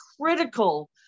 critical